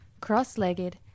cross-legged